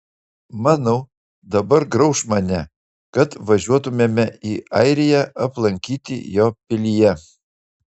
manau dabar grauš mane kad važiuotumėme į airiją aplankyti jo pilyje